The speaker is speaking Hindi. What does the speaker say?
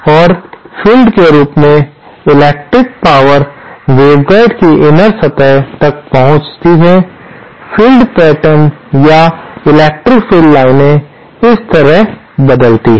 और फील्ड के रूप में इलेक्ट्रिक पावर वेवगाइड की इनर सतह तक पहुंचती है फ़ील्ड पैटर्न या विद्युत क्षेत्र लाइनें इस तरह बदलती हैं